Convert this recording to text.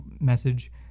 Message